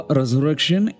resurrection